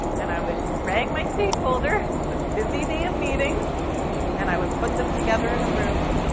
and i would drag my stakeholder in their busy day of meetings and i would put them together in a room,